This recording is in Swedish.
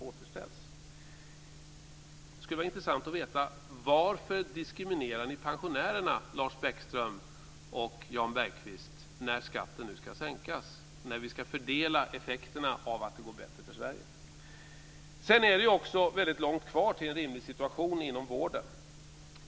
Det skulle vara intressant att veta: Varför diskriminerar ni pensionärerna, Lars Bäckström och Jan Bergqvist, när skatten nu ska sänkas och vi ska fördela effekterna av att det går bättre för Sverige? Det är också väldigt långt kvar till en rimlig situation inom vården.